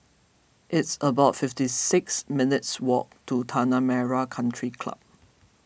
it's about fifty six minutes' walk to Tanah Merah Country Club